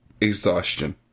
exhaustion